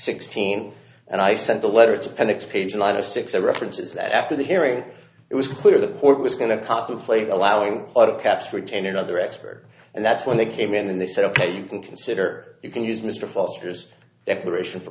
sixteen and i sent a letter to panix page light of six a reference is that after the hearing it was clear the court was going to contemplate allowing caps for again another expert and that's when they came in and they said ok you can consider you can use mr foster's declaration for